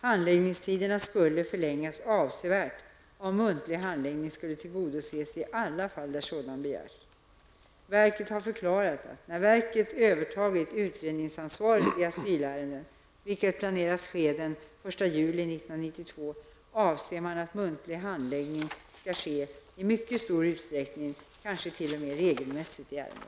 Handläggningstiderna skulle förlängas avsevärt om muntlig handläggning skulle tillgodoses i alla fall där sådan begärs. Verket har förklarat att då verket har övertagit utredningsansvaret i asylärenden -- vilket planeras ske den 1 juli 1992 -- avser man att muntlig handläggning skall ske i mycket stor utsträckning, kanske t.o.m. regelmässigt i ärendena.